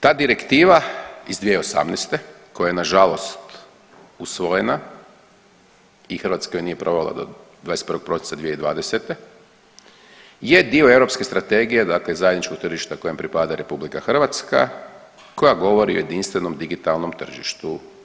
Ta Direktiva iz 2018. koja je nažalost usvojena i Hrvatska ju nije provela do 21. prosinca 2020. je dio europske strategije dakle zajedničkog tržišta kojem pripada RH koja govori o jedinstvenom digitalnom tržištu.